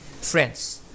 friends